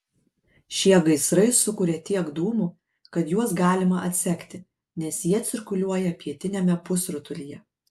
šie gaisrai sukuria tiek dūmų kad juos galima atsekti nes jie cirkuliuoja pietiniame pusrutulyje